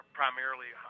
primarily